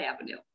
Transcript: avenue